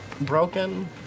broken